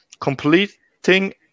completing